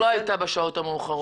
בבקשה, חמש דקות.